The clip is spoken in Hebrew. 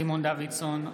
דוידסון,